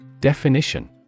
Definition